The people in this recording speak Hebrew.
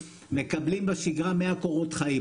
מקבלים בשגרה 100 קורות חיים.